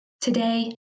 Today